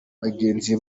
bagenzi